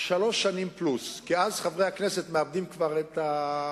שלוש שנים פלוס, כי אז חברי הכנסת מאבדים כבר את,